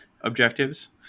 objectives